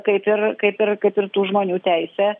kaip ir kaip ir kaip ir tų žmonių teisė